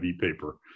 paper